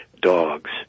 dogs